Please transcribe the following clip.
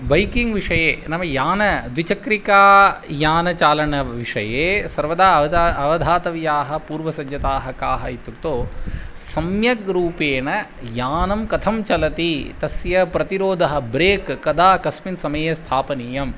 biking विषये नाम यानं द्विचक्रिकायानचालनविषये सर्वदा अवदा अवधातव्याः पूर्वसज्जताः काः इत्युक्तौ सम्यग्रूपेण यानं कथं चलति तस्य प्रतिरोधः ब्रेक् कदा कस्मिन् समये स्थापनीयम्